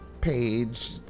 page